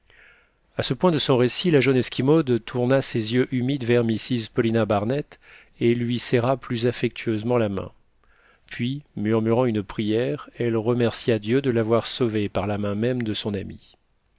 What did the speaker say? à ce point de son récit la jeune esquimaude tourna ses yeux humides vers mrs paulina barnett et lui serra plus affectueusement la main puis murmurant une prière elle remercia dieu de l'avoir sauvée par la main même de son amie